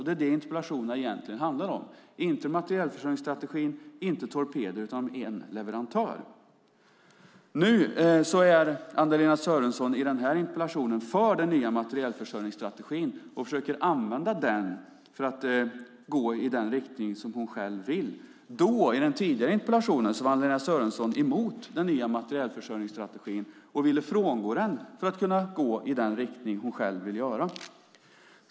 Det är det som interpellationerna egentligen handlar om, inte materielförsörjningsstrategin, inte torpeder utan om en leverantör. Nu är Anna-Lena Sörenson i den här interpellationen för den nya materielförsörjningsstrategin och försöker använda den för att gå i den riktning som hon själv vill. I den tidigare interpellationen var Anna-Lena Sörenson emot den nya materielförsörjningsstrategin och ville frångå den för att kunna gå i den riktning som hon själv vill göra.